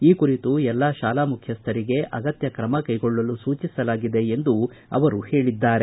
ಈ ಕುರಿತು ಎಲ್ಲ ತಾಲಾ ಮುಖ್ಯಸ್ಥರಿಗೆ ಅಗತ್ತ ಕ್ರಮ ಕ್ಷೆಗೊಳ್ಳಲು ಸೂಚಿಸಲಾಗಿದೆ ಎಂದು ಅವರು ಹೇಳಿದ್ದಾರೆ